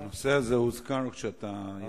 הנושא הזה הוזכר כשיצאת.